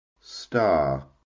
star